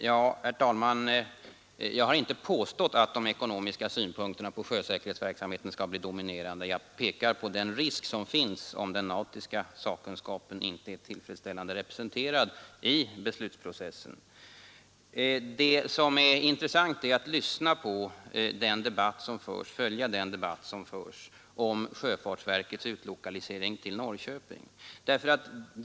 Herr talman! Jag har inte påstått att de ekonomiska synpunkterna på sjösäkerhetsverksamheten är dominerande. Jag pekar på den risk som finns om den nautiska sakkunskapen inte är tillfredsställande representerad i beslutsprocessen. Det är intressant att följa den debatt som förs om sjöfartsverkets utlokalisering till Norrköping.